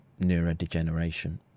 neurodegeneration